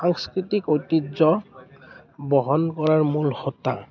সাংস্কৃতিক ঐতিহ্য় বহন কৰাৰ মূল হোতা